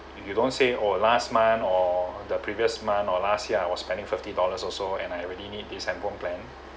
you don't say or last month or the previous month or last year I was spending fifty dollars also and I really need this handphone plan